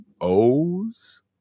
O's